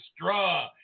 straw